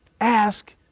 Ask